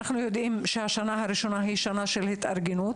אנחנו יודעים שהשנה הראשונה היא שנה של התארגנות,